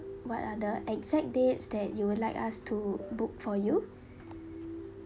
what are the exact dates that you would like us to book for you